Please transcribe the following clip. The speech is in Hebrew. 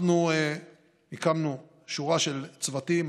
אנחנו הקמנו שורה של צוותים.